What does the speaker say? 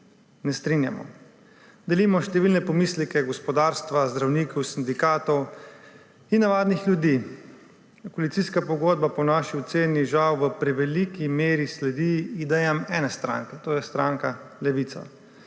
ne strinjamo. Delimo številne pomisleke gospodarstva, zdravnikov, sindikatov in navadnih ljudi. Koalicijska pogodba po naši oceni žal v preveliki meri sledi idejam ene stranke, to je stranke Levica,